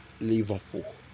liverpool